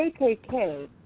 KKK